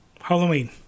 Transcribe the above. Halloween